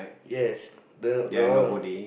yes the that one